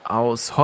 aus